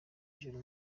ijoro